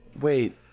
wait